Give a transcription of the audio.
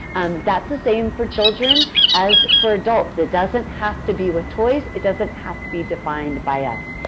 that's the same for children as for adults. it doesn't have to be with toys, it doesn't have to be defined by us.